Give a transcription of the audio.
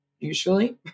Usually